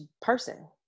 person